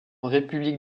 république